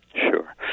Sure